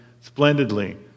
splendidly